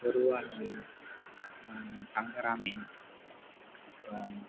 கொடுவா மீன் சங்கரா மீன் அப்புறம்